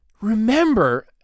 Remember